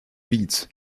beats